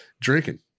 drinking